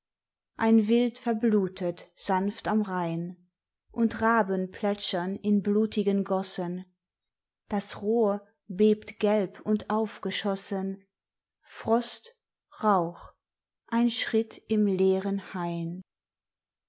ein wild verblutet sanft am rain und raben plätschern in blutigen gossen das rohr bebt gelb und aufgeschossen frost rauch ein schritt im leeren hain